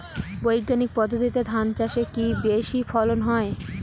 বৈজ্ঞানিক পদ্ধতিতে ধান চাষে কি বেশী ফলন হয়?